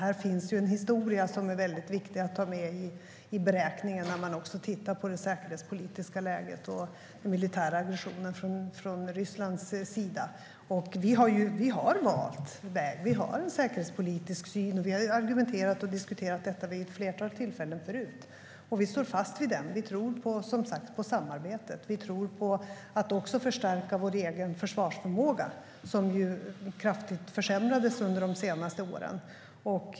Här finns ju en historia som är väldigt viktig att ta med i beräkningen när man tittar på det säkerhetspolitiska läget och den militära aggressionen från Rysslands sida. Vi har valt väg. Vi har en säkerhetspolitisk syn, och vi har argumenterat för och diskuterat detta vid ett flertal tidigare tillfällen. Vi står fast vid den. Vi tror som sagt på samarbetet. Vi tror också på att förstärka vår egen försvarsförmåga, som ju kraftigt har försämrats under de senaste åren.